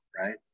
right